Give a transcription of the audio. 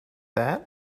that